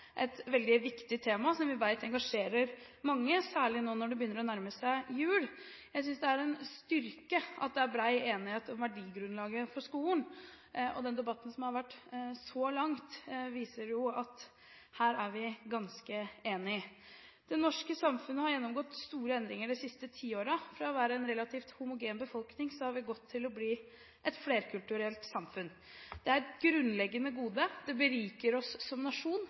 et veldig viktig tema som vi vet engasjerer mange, særlig nå når det begynner å nærme seg jul. Jeg synes det er en styrke at det er bred enighet om verdigrunnlaget for skolen. Den debatten som har vært så langt, viser jo at her er vi ganske enige. Det norske samfunnet har gjennomgått store endringer de siste tiårene. Fra å være en relativt homogen befolkning har vi gått til å bli et flerkulturelt samfunn. Det er et grunnleggende gode, det beriker oss som nasjon,